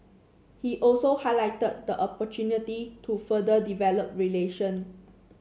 he also highlighted the opportunity to further develop relation